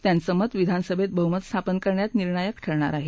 त्यांचं मत विधानसभेत बहुमत स्थापन करण्यात निर्णायक ठरणार आहे